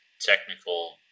technical